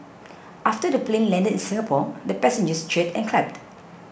after the plane landed in Singapore the passengers cheered and clapped